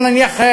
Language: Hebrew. נניח,